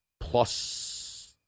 Plus